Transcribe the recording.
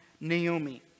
Naomi